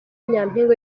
nyampinga